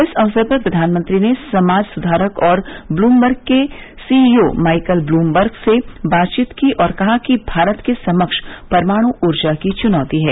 इस अवसर पर प्रधानमंत्री ने समाज सुधारक और ब्लूमबर्ग के C E O Michael Bloomberg से बातचीत की और कहा कि भारत के समक्ष परमाणु ऊर्जा की चुनौती है